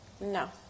No